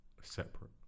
separate